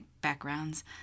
backgrounds